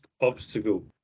obstacle